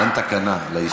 אין תקנה לאיש הזה.